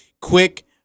Quick